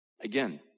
Again